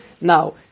Now